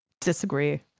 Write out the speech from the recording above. Disagree